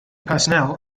personnel